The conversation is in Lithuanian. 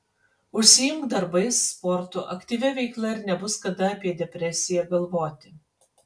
užsiimk darbais sportu aktyvia veikla ir nebus kada apie depresiją galvoti